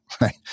Right